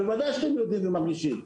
בוודאי שאתם יודעים ומרגישים,